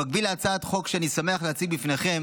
במקביל להצעת חוק שאני שמח להציג בפניכם,